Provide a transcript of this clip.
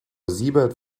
siebert